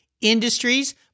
industries